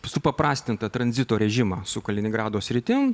supaprastintą tranzito režimą su kaliningrado sritim